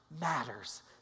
matters